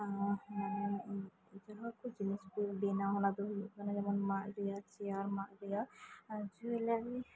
ᱡᱟᱦᱟᱸ ᱠᱩ ᱡᱤᱱᱤᱥ ᱵᱮᱱᱟᱣ ᱚᱱᱟᱫᱚ ᱦᱩᱭᱩᱜ ᱠᱟᱱᱟ ᱡᱮᱢᱚᱱ ᱢᱟᱫᱽ ᱨᱮᱭᱟᱜ ᱪᱮᱭᱟᱨ ᱢᱟᱫᱽ ᱨᱮᱭᱟᱜ ᱡᱩᱭᱮᱞᱟᱨᱤ